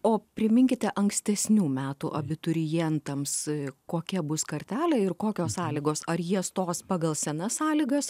o priminkite ankstesnių metų abiturientams kokia bus kartelė ir kokios sąlygos ar jie stos pagal senas sąlygas